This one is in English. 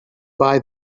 buy